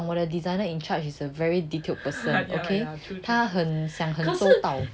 but 你懂我的 designer in charge is a very detailed person okay 他很想 design 到